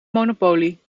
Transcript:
monopolie